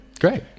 Great